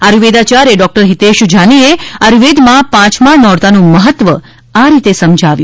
આયુર્વેદાયાર્ય doctor Hitesh જાનીએ આયુર્વેદમાં પાંચમા નોરતાનું મહત્વ આ રીતે સમજાવ્યું